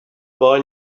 boy